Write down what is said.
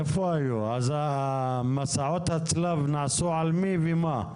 איפה היו, מסעות הצלב נעשו על מי ומה?